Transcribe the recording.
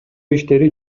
иштери